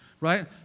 Right